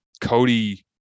cody